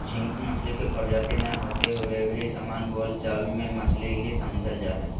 झींगा मछली के प्रजाति नै होते हुए भी सामान्य बोल चाल मे मछली ही समझल जा हई